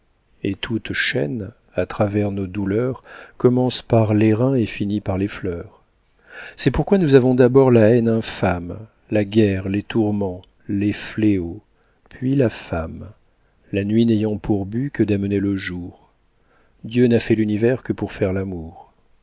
et toute chaîne à travers nos douleurs commence par l'airain et finit par les fleurs c'est pourquoi nous avons d'abord la haine infâme la guerre les tourments les fléaux puis la femme la nuit n'ayant pour but que d'amener le jour dieu n'a fait l'univers que pour faire l'amour